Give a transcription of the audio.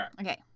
Okay